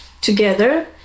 together